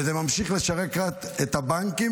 וזה ממשיך לשרת רק את הבנקים,